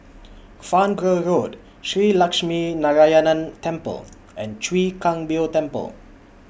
Farnborough Road Shree Lakshminarayanan Temple and Chwee Kang Beo Temple